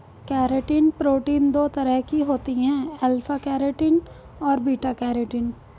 keratin protein दो तरह की होती है अल्फ़ा केरेटिन और बीटा केरेटिन